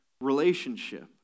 relationship